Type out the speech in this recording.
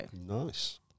Nice